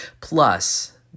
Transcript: Plus